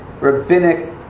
rabbinic